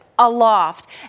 Aloft